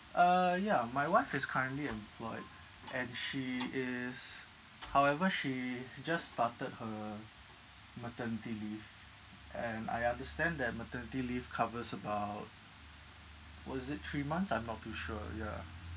uh ya my wife is currently employed and she is however she just started her maternity leave and I understand that maternity leave covers about was it three months I'm not too sure yeah